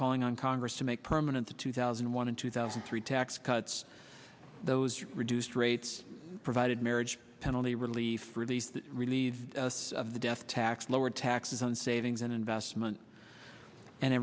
calling on congress to make permanent the two thousand and one in two thousand and three tax cuts those reduced rates provided marriage penalty relief relief relieve some of the death tax lower taxes on savings and investment and